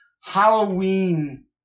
Halloween